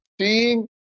Seeing